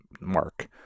mark